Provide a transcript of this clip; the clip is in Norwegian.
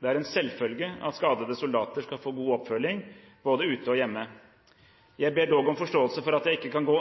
Det er en selvfølge at skadede soldater skal få god oppfølging både ute og hjemme. Jeg ber dog om forståelse for at jeg ikke kan gå